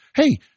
hey